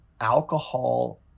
alcohol